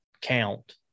count